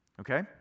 okay